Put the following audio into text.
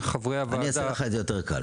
חברי הוועדה --- אני אעשה לך את זה יותר קל,